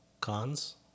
cons